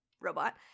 robot